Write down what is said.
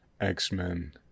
X-Men